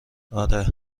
آره